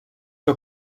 que